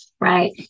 right